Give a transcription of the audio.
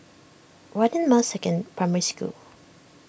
Radin Masecond Primary School